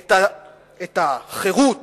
את החירות